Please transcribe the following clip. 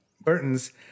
Burton's